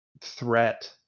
threat